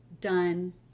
done